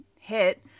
hit